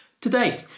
Today